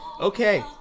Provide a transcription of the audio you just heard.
Okay